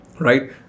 right